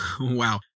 wow